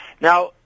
now